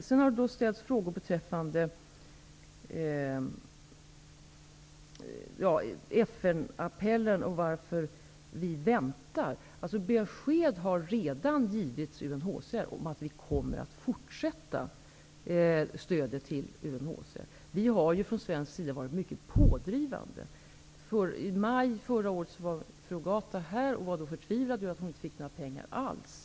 Det har också ställts frågor beträffande FN appellen och varför vi väntar. Besked har redan givits UNHCR om att vi kommer att fortsätta att ge stöd till UNHCR. Vi har från svensk sida varit mycket pådrivande. I maj förra året var fru Ogata här och var förtvivlad över att hon inte fick några pengar alls.